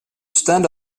stand